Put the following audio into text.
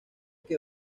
que